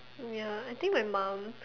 ya I think my mum